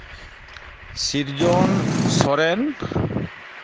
ᱥᱤᱨᱡᱚᱱ ᱥᱚᱨᱮᱱ